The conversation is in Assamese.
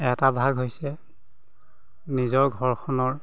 এটা ভাগ হৈছে নিজৰ ঘৰখনৰ